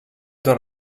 dans